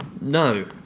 no